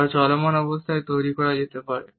বা চলমান অবস্থায় তৈরি করা যেতে পারে